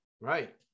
Right